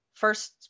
first